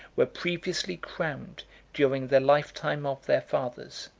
were previously crowned during the lifetime of their fathers.